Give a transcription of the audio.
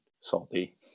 salty